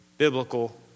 Biblical